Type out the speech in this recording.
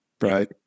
Right